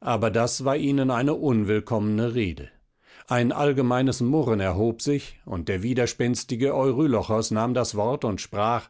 aber das war ihnen eine unwillkommene rede ein allgemeines murren erhob sich und der widerspenstige eurylochos nahm das wort und sprach